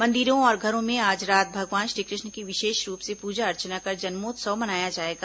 मंदिरों और घरों में आज रात भगवान श्रीकृष्ण की विशेष रूप से पूजा अर्चना कर जन्मोत्सव मनाया जाएगा